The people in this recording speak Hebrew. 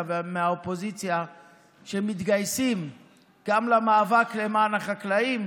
ומהאופוזיציה שמתגייסים למאבק גם למען החקלאים.